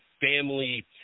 family